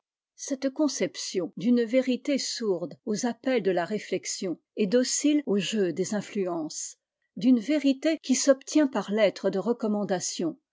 cette conception d'une vérité sourde aux appels de la réflexion et docile au jeu des influences d'une vérité qui s'obtient par lettres de recommandations